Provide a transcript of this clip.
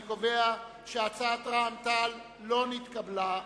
אני קובע שהצעת רע"ם-תע"ל לא נתקבלה.